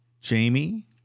Jamie